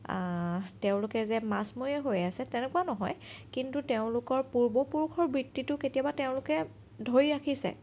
তেওঁলোকে যে মাছমৰীয়া হৈ আছে তেনেকুৱাও নহয় কিন্তু তেওঁলোকৰ পূৰ্বপুৰুষৰ বৃত্তিটো কেতিয়াবা তেওঁলোকে ধৰি ৰাখিছে